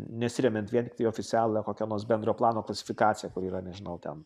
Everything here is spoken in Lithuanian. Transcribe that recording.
nesiremiant vien tiktai į oficialią kokią nors bendro plano klasifikaciją kuri yra nežinau ten